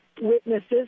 witnesses